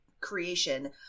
creation